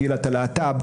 קהילת הלהט"ב,